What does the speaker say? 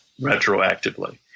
retroactively